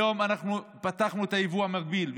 היום אנחנו פתחנו את היבוא המקביל,